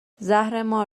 زهرمار